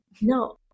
No